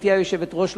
גברתי היושבת-ראש,